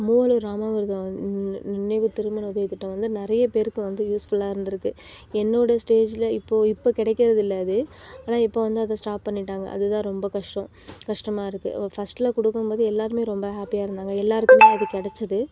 மூவலூர் ராமாமிர்தம் நினைவு திருமண உதவி திட்டம் வந்து நிறைய பேருக்கு வந்து யூஸ்ஃபுல்லாக இருந்திருக்கு என்னோட ஸ்டேஜ்ல இப்போது இப்போ கிடைக்கிறது இல்லை அது ஆனால் இப்போ வந்து அதை ஸ்டாப் பண்ணிட்டாங்க அது தான் ரொம்ப கஷ்டம் கஷ்டமாக இருக்குது ஃபர்ஸ்ட்ல கொடுக்கும் போது எல்லாருமே ரொம்ப ஹேப்பியாக இருந்தாங்க இப்போ எல்லாருக்குமே இது கிடச்சது